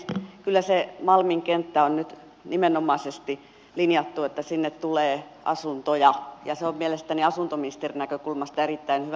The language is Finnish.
kyllä siitä malmin kentästä on nyt nimenomaisesti linjattu että sinne tulee asuntoja ja se on mielestäni asuntoministerin näkökulmasta erittäin hyvä